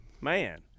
Man